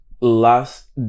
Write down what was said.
Last